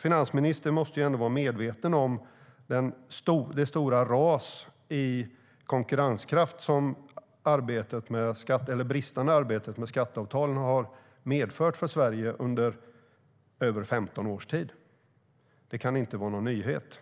Finansministern måste ändå vara medveten om det stora ras i konkurrenskraft som bristerna i arbetet med skatteavtalen har medfört för Sverige under mer än 15 års tid. Det kan inte vara någon nyhet.